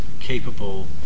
capable